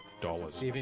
Dollars